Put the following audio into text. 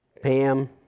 Pam